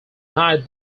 knight